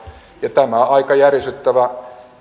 ja tämä aika järisyttävä kyse on